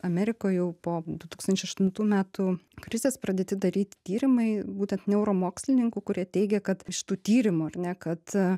amerikoj jau po du tūkstančiai aštuntų metų krizės pradėti daryti tyrimai būtent neuromokslininkų kurie teigia kad iš tų tyrimų ar ne kad